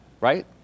right